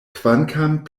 kvankam